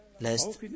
last